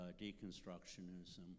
deconstructionism